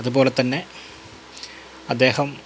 അതുപോലെ തന്നെ അദ്ദേഹം